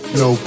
no